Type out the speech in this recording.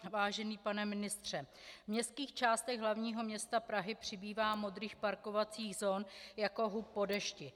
Vážený pane ministře, v městských částech hlavního města Prahy přibývá modrých parkovacích zón jako hub po dešti.